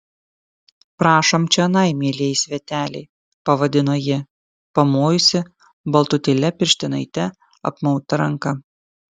prašom čionai mielieji sveteliai pavadino ji pamojusi baltutėle pirštinaite apmauta ranka